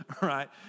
right